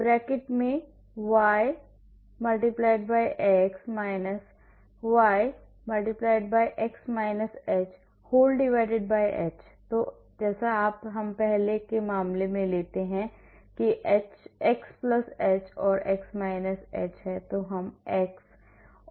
dydx y - y h तो जैसे हम पहले मामले में लेते हैं x h और x h हम x और x h लेते हैं